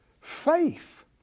faith